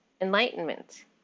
enlightenment